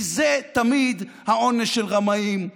כי זה תמיד העונש של רמאים,